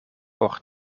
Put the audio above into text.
por